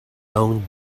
own